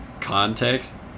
context